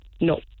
No